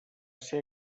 ser